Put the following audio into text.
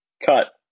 cut